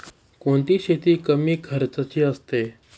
कोणती शेती कमी खर्चाची असते?